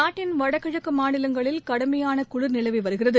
நாட்டின் வடகிழக்கு மாநிலங்களில் கடுமையான குளிர் நிலவி வருகிறது